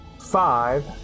five